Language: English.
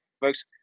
folks